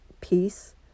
peace